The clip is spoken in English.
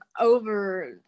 over